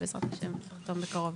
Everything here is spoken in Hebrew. ובעזרת השם נחתום בקרוב.